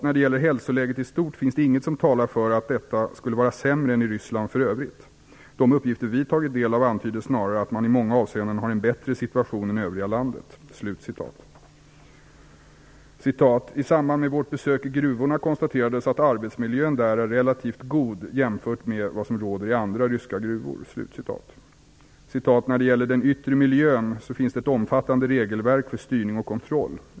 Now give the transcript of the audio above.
- När det gäller hälsoläget i stort finns det inget som talar för att detta skulle vara sämre än i Ryssland för övrigt. De uppgifter vi tagit del av antyder snarare att man i många avseenden har en bättre situation än övriga landet. - I samband med vårt besök i gruvorna konstaterades att arbetsmiljön där är relativt god jämfört med vad som råder i andra ryska gruvor. - När det gäller den yttre miljön, så finns det ett omfattande regelverk för styrning och kontroll.